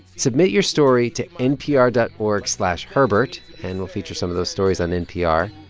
submit your story to npr dot org slash herbert and we'll feature some of those stories on npr.